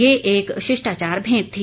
ये एक शिष्टाचार भेंट थी